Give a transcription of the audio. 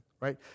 right